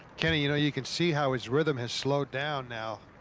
kenny you know you can see how his rhythm has slowed down now,